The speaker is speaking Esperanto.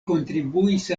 kontribuis